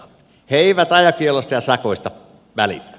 he eivät ajokielloista ja sakoista välitä